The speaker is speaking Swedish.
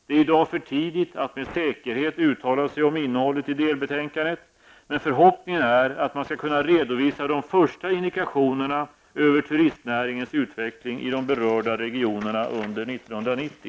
Det är i dag för tidigt att med säkerhet uttala sig om innehållet i delbetänkandet, men förhoppningen är att man skall kunna redovisa de första indikationerna över turistnäringens utveckling i de berörda regionerna under 1990.